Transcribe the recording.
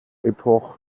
epoch